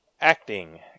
acting